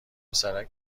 پسرک